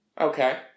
Okay